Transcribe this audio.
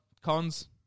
Cons